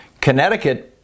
Connecticut